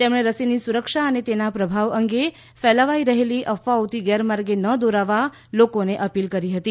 તેમણે લોકોને રસીની સુરક્ષા અને તેના પ્રભાવ અંગે ફેલાવાઇ રહેલી અફવાઓથી ગેરમાર્ગ ન દોરાવા લોકોને અપીલ કરી હતી